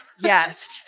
Yes